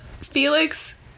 Felix